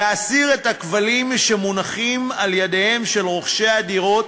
להסיר את הכבלים שמונחים על ידיהם של רוכשי הדירות